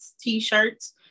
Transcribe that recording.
T-shirts